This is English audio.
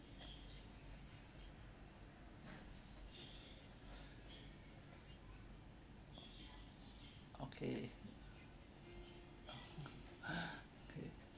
okay okay